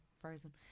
Frozen